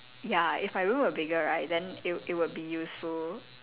ya if my room were bigger right then it would it would be useful